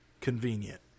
convenient